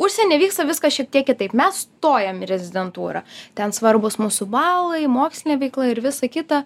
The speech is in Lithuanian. užsieny vyksta viskas šiek tiek kitaip mes stojam į rezidentūrą ten svarbūs mūsų balai mokslinė veikla ir visa kita